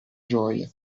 gioia